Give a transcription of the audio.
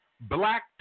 Black